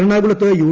എറണാകുളത്ത് യു